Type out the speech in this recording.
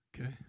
Okay